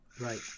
right